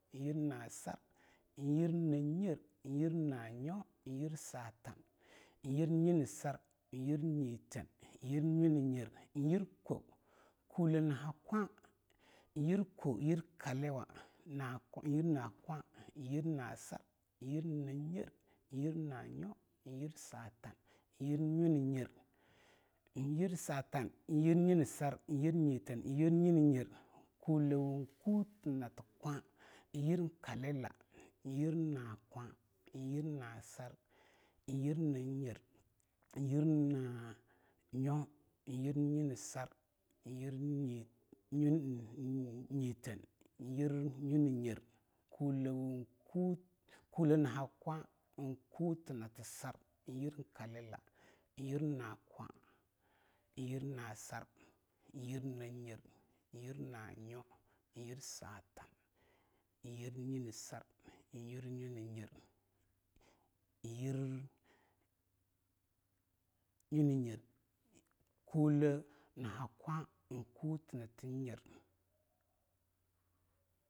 Yir na sar yir nanyer, yir nanyo yir satan yir nyinesar yir nyiteen yir a nyo na nyer yir kwo, kule na ha kwa yir koyir kaliwa yir na kwa, yir na sar yir nanyer yir na nyo yir satan yir nanyer yir satan yir nyinesar yir nyiteen yir na nyo na nyer kulewo kuti nati kwa yir kaliwa yir a kwa yir na sar yir nanyer yir naaa nyo yir nyinesar yir nyiiiteen yir na nyo na nyer kule na ha kwa kuti nati kwa yir Kalila yir na kwa yir na sar yir na nyer yir nanyo ir satan yir nyinesar yir na nyo nanyer ein yir-ein yir na nyo na nyer kulo na ha kwa ein kuti nati nyer.